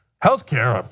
healthcare, ah but